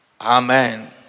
Amen